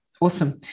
Awesome